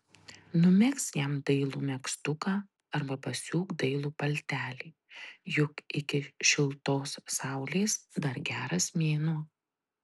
numegzk jam dailų megztuką arba pasiūk dailų paltelį juk iki šiltos saulės dar geras mėnuo